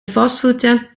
fastfoodtent